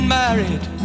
married